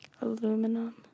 Aluminum